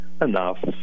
Enough